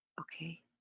okay